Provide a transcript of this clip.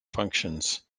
functions